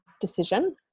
decision